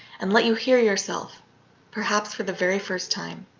and let you hear yourself perhaps for the very first time.